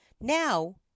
now